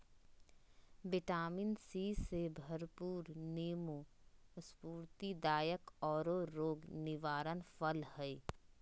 vitamin C से भरपूर नीबू स्फूर्तिदायक औरो रोग निवारक फल हइ